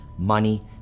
Money